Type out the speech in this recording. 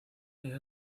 ella